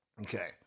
Okay